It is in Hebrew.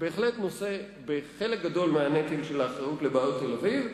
שבהחלט נושא בחלק גדול מהנטל של האחריות לבעיות תל-אביב.